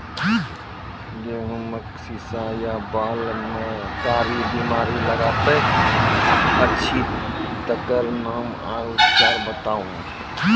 गेहूँमक शीश या बाल म कारी बीमारी लागतै अछि तकर नाम आ उपचार बताउ?